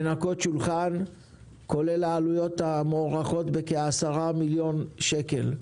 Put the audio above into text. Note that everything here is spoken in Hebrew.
לנקות שולחן כולל העלויות המוערכות בכ-10 מיליון שקל.